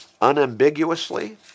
unambiguously